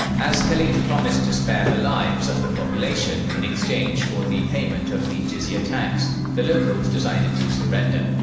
as khalid promised to spare the lives of the population in exchange for the payment of the jizya tax, the locals decided to surrender.